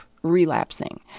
relapsing